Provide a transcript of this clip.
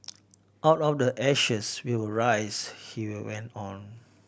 out of the ashes we will rise he went on